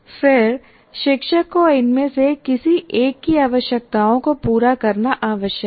फिर शिक्षक को इनमें से किसी एक की आवश्यकताओं को पूरा करना आवश्यक है